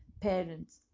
parents